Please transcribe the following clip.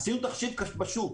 עשינו תחשיב בשוק,